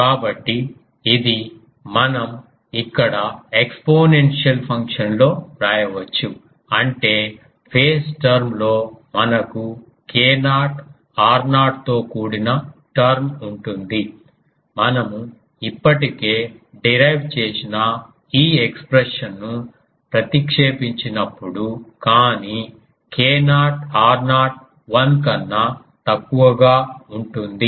కాబట్టి ఇది మనం ఇక్కడ ఎక్స్పోనెన్షియల్ ఫంక్షన్ లో వ్రాయవచ్చు అంటే ఫేస్ టర్మ్ లో మనకు k0 r0 తో కూడిన టర్మ్ ఉంటుంది మనము ఇప్పటికే డిరైవ్ చేసిన ఈ ఎక్స్ప్రెషన్ ను ప్రతిక్షేపించినప్పుడు కానీ k0 r0 1 కన్నా తక్కువగా ఉంటుంది